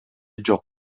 жок